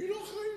צפצוף על הכנסת.